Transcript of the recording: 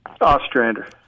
Ostrander